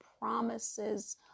promises